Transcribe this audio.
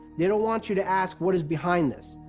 they donit want you to ask what is behind this,